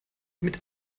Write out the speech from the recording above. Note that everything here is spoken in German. mit